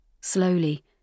Slowly